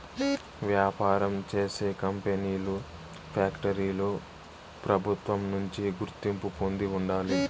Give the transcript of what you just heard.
వ్యాపారం చేసే కంపెనీలు ఫ్యాక్టరీలు ప్రభుత్వం నుంచి గుర్తింపు పొంది ఉండాలి